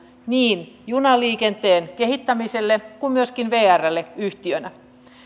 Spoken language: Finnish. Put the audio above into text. niin junaliikenteen kehittämiselle kuin myöskin vrlle yhtiönä